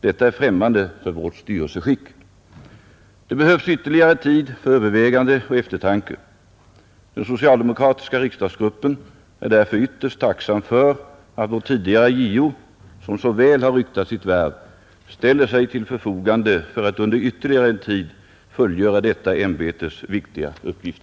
Detta är främmande för vårt styrelseskick. Det behövs ytterligare tid för övervägande och eftertanke. Den socialdemokratiska riksdagsgruppen är därför ytterst tacksam för att vår tidigare JO, som så väl har ryktat sitt värv, ställer sig till förfogande för att under ytterligare en tid fullgöra detta ämbetes viktiga uppgift.